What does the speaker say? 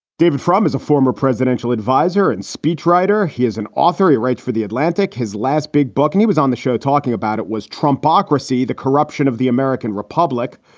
david frum is a former presidential adviser and speechwriter. he is an author who writes for the atlantic. his last big book and he was on the show talking about it was trump ocracy, the corruption of the american republic.